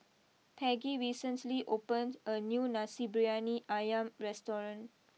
Peggy recently opened a new Nasi Briyani Ayam restaurant